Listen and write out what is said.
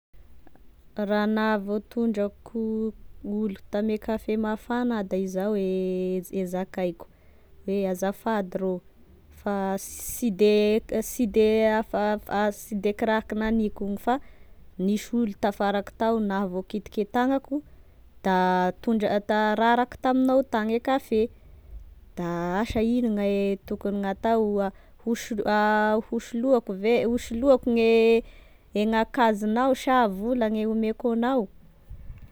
Raha nahavoatondraka olo tame kafe mafana ah de izao e e zakaiko hoe: azafady rô fa sy de k- sy de sy de af- sy de kiraha kinaniko igny fa nisy olo tafarako tao nahavoakitiky e tagnako da tondr- ta- raraky tamignao tagny e kafe, da asa ino gne tokony gn'atao hoso- hosoloako ve, hosoloako gne e gn'akanzona sa vola gne omeko agnao.